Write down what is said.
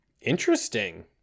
Interesting